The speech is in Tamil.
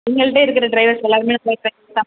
எங்கள்கிட்ட இருக்கிற ட்ரைவர்ஸ் எல்லாருமே நல்ல ட்ரைவர்ஸ் தான்